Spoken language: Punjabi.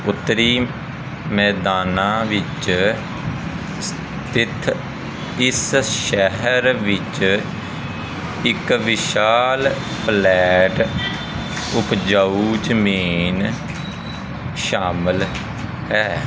ਉੱਤਰੀ ਮੈਦਾਨਾਂ ਵਿੱਚ ਸਥਿਤ ਇਸ ਸ਼ਹਿਰ ਵਿੱਚ ਇੱਕ ਵਿਸ਼ਾਲ ਫਲੈਟ ਉਪਜਾਊ ਜ਼ਮੀਨ ਸ਼ਾਮਲ ਹੈ